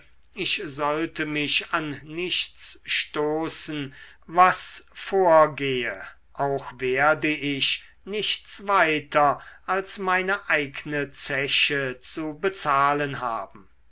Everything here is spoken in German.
ich sollte mich an nichts stoßen was vorgehe auch werde ich nichts weiter als meine eigne zeche zu bezahlen haben